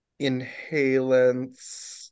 inhalants